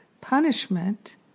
punishment